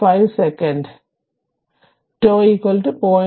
5 second അതിനാൽ τ 0